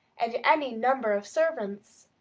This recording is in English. and any number of servants.